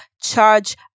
charge